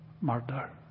murder